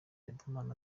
riderman